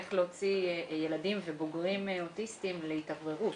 איך להוציא ילדים ובוגרים אוטיסטים להתאווררות.